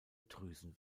drüsen